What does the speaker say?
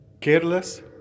careless